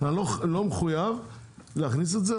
אני לא מחויב להכניס את זה,